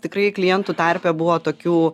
tikrai klientų tarpe buvo tokių